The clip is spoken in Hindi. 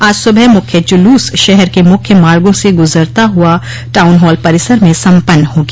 आज सुबह मुख्य जुलूस शहर के मुख्य मार्गो से गुजरता हुआ टाउन हाल परिसर में सम्पन्न हो गया